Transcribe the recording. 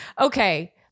Okay